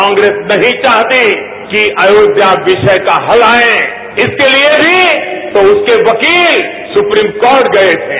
कांग्रेस नहीं चाहती कि अयोध्या विषय का हल आए इसके लिए भी उसके वकील सुप्रीम कोर्ट गए थे